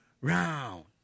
round